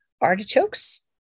artichokes